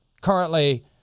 currently